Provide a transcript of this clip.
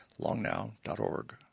longnow.org